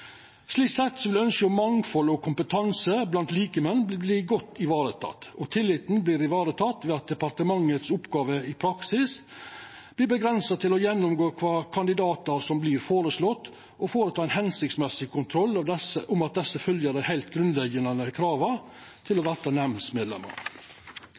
Slik sett vil ønsket om mangfald og kompetanse blant likemenn verta teke godt vare på. Og tilliten vert teken vare på ved at oppgåva til departementet i praksis vert avgrensa til å gjennomgå kva kandidatar som vert føreslåtte, og gjera ein føremålstenleg kontroll av at desse følgjer dei heilt grunnleggjande krava til